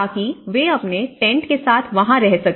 ताकि वे अपने टेंट के साथ वहां रह सके